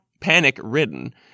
panic-ridden